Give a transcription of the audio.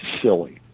silly